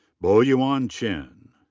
bo-yuan chen.